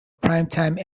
primetime